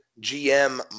GM